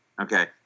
Okay